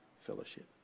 fellowship